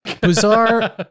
Bizarre